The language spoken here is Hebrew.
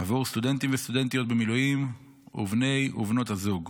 עבור סטודנטים וסטודנטיות במילואים ובני בנות הזוג,